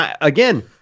again